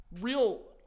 Real